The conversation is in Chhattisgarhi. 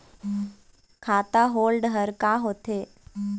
खाता होल्ड हर का होथे?